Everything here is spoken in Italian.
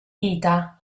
vita